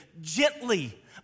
gently